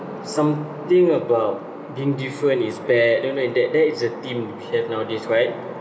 something about being different is bad know know that that is a theme we have nowadays right